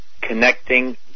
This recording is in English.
Connecting